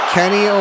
Kenny